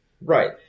Right